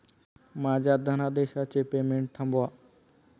माझ्या धनादेशाचे पेमेंट थांबवा